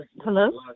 Hello